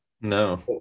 no